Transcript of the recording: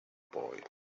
boy